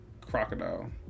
Crocodile